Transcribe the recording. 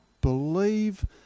believe